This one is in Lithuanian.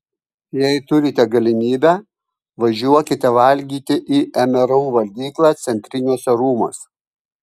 jei turite galimybę važiuokite valgyti į mru valgyklą centriniuose rūmuose